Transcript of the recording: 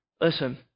Listen